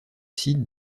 site